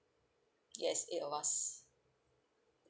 yes eight of us